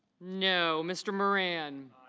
no. mr. moran